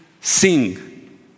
sing